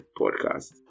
podcast